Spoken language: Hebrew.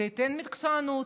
זה ייתן מקצוענות,